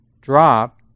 drop